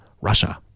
Russia